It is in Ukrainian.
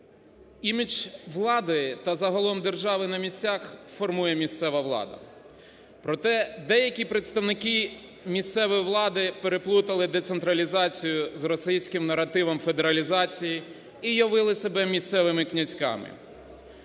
Імідж влади та загалом держави на місцях формує місцева влада. Проте, деякі представники місцевої влади переплутали децентралізацію з російським наративом федералізації і уявили себе місцевими князьками.